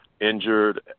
injured